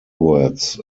words